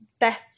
death